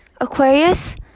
aquarius